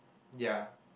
ya